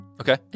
Okay